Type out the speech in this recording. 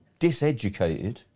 diseducated